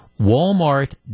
Walmart